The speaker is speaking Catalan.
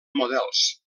models